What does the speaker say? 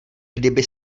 kdyby